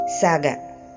Saga